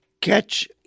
catch